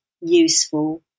useful